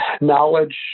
knowledge